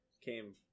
came